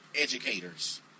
educators